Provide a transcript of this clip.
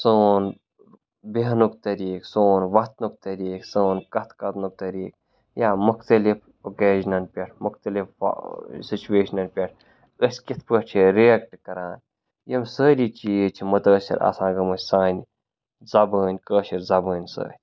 سون بیٚہنُک طٔریٖقہٕ سون وَتھنُک طٔریٖقہٕ سون کَتھ کَرنُک طٔریٖقہٕ یا مُختلِف اوٚکیجنَن پٮ۪ٹھ مُختلِف سُچویشنَن پٮ۪ٹھ أسۍ کِتھ پٲٹھۍ چھِ رِیَکٹ کَران یِم سٲری چیٖز چھِ مُتٲثر آسان گٔمٕتۍ سانہِ زَبٲنۍ کٲشٕر زَبٲنۍ سۭتۍ